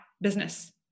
business